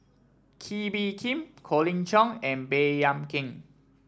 Kee Bee Khim Colin Cheong and Baey Yam Keng